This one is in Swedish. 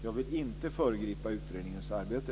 Jag vill inte föregripa utredningens arbete.